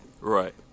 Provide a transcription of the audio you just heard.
Right